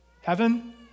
heaven